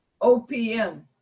OPM